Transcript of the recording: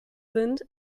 sind